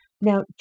Now